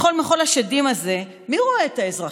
בכל מחול השדים הזה מי רואה את האזרחים?